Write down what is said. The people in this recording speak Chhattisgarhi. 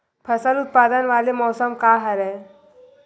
फसल उत्पादन वाले मौसम का हरे?